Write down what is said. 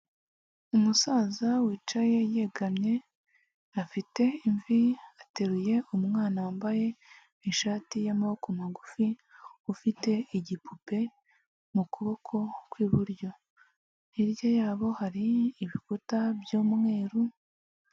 Umusaza wicaye yegamye afite imvi ateruye umwana wambaye ishati y'amaboko magufi ufite igipupe mu kuboko kw'iburyo hirya yabo hari ibikuta by'umweru.